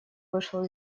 вышел